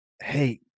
Hey